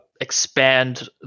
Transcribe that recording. expand